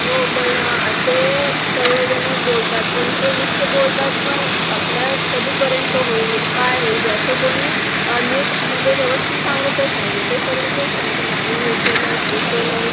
हो पण असे सर्वजणंच बोलतात पण ते नुसते बोलतात पण आपल्या कधीपर्यंत होईल काय होईल याचं कोणी नीट म्हणजे व्यवस्थित सांगतच नाही आहे ते सर्व तेच सांगतात आम्ही हे केलं आहे ते केलं आहे